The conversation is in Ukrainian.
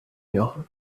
нього